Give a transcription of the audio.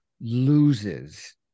loses